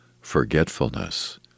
forgetfulness